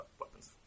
weapons